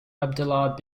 abdullah